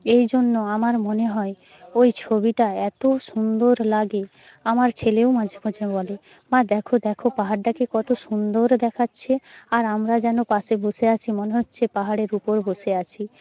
এই জন্য আমার মনে হয় ওই ছবিটা এত সুন্দর লাগে আমার ছেলেও মাঝে মাঝে বলে মা দেখো দেখো পাহাড়টাকে কত সুন্দর দেখাছে আর আমরা যেন পাশে বসে আছি মনে হচ্ছে পাহাড়ের উপর বসে আছি